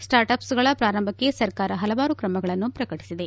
start ಅಪ್ಸ್ಗಳ ಪ್ರಾರಂಭಕ್ಷೆ ಸರ್ಕಾರ ಹಲವಾರು ಕ್ರಮಗಳನ್ನು ಪ್ರಕಟಿಸಿದೆ